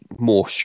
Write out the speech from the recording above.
more